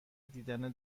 دیدن